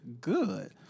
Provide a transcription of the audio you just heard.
good